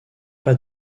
pas